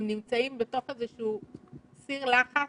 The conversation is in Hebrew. הם נמצאים בתוך איזה שהוא סיר לחץ,